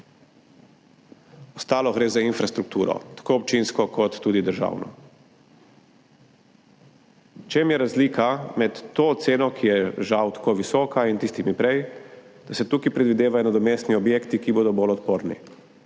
ostalo gre za infrastrukturo, tako občinsko kot tudi državno. Razlika med to ceno, ki je žal tako visoka, in tistimi prej je, da se tukaj predvidevajo nadomestni objekti, ki bodo bolj odporni.